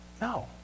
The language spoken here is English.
No